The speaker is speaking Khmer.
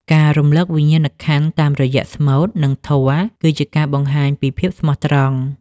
ការរំលឹកវិញ្ញាណក្ខន្ធតាមរយៈស្មូត និងធម៌ គឺជាការបង្ហាញពីភាពស្មោះត្រង់។